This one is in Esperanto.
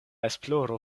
esploro